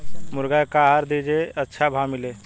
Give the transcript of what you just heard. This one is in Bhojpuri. मुर्गा के का आहार दी जे से अच्छा भाव मिले?